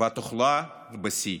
והתחלואה בשיא.